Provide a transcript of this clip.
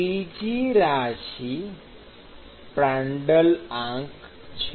ત્રીજી રાશિ પ્રાંડલ્ટ આંક છે